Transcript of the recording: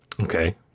Okay